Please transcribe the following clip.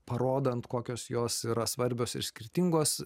parodant kokios jos yra svarbios ir skirtingos